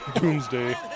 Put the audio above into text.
Doomsday